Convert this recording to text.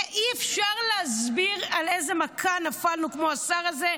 אי-אפשר להסביר על איזה מכה נפלנו כמו השר הזה.